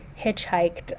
hitchhiked